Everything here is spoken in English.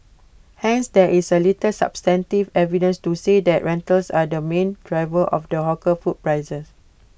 hence there is A little substantive evidence to say that rentals are the main driver of the hawker food prices